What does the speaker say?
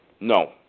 no